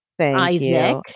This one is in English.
Isaac